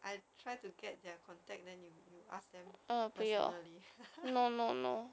I try to get their contact then you you ask them personally